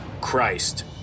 Christ